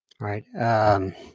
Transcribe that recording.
right